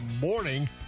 morning